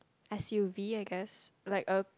S_U_V I guess like a